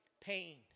pain